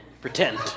Pretend